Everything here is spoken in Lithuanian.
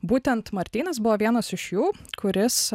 būtent martynas buvo vienas iš jų kuris